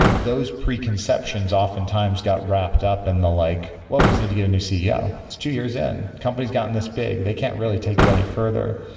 those preconceptions oftentimes got wrapped up in the like, well, we just need to get a new ceo. it's two years in. companies gotten this big. they can't really take it any further.